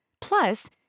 plus